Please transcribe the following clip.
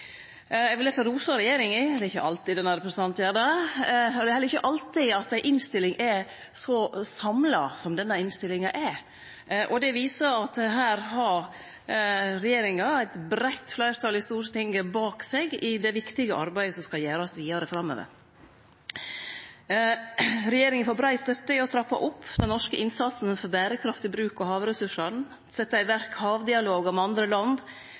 Eg vil difor rose regjeringa. Det er ikkje alltid denne representanten gjer det, og det er heller ikkje alltid at ei innstilling er så samla som denne innstillinga er. Det viser at her har regjeringa eit breitt fleirtal i Stortinget bak seg i det viktige arbeidet som skal gjerast vidare framover. Regjeringa får brei støtte for å trappe opp den norske innsatsen for berekraftig bruk av havressursane, setje i verk havdialogar med andre land